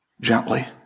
Gently